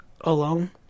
alone